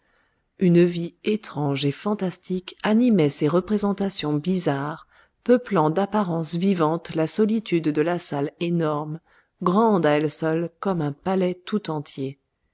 une vie étrange et fantastique animait ces représentations bizarres peuplant d'apparences vivantes la solitude de la salle énorme grande à elle seule comme un palais tout entier